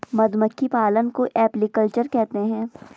मधुमक्खी पालन को एपीकल्चर कहते है